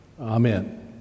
Amen